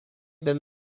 been